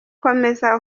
komeza